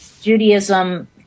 Judaism